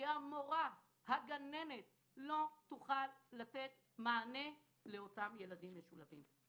כי המורה או הגננת לא תוכל לתת מענה לאותם ילדים משולבים.